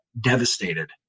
devastated